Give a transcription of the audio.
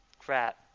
crap